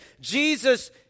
Jesus